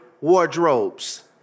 wardrobes